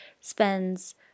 spends